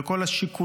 לאור כל השיקולים,